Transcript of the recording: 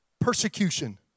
persecution